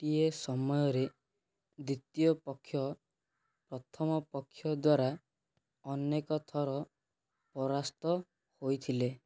ଗୋଟିଏ ସମୟରେ ଦ୍ୱିତୀୟ ପକ୍ଷ ପ୍ରଥମ ପକ୍ଷ ଦ୍ଵାରା ଅନେକ ଥର ପରାସ୍ତ ହୋଇଥିଲେ